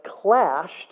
clashed